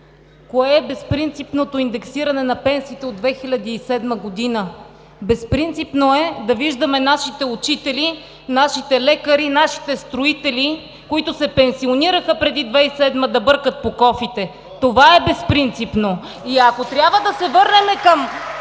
Кое е безпринципното в индексирането на пенсиите от 2007 г.? Безпринципно е да виждаме нашите учители, нашите лекари, нашите строители, които се пенсионираха преди 2007 г., да бъркат по кофите! Това е безпринципно! (Ръкопляскания от „БСП за